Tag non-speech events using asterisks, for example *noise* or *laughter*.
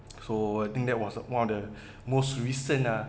*noise* so I think that was one of the *breath* most recent ah